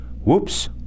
whoops